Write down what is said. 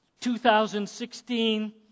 2016